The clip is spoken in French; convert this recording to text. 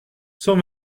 cent